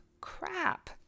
crap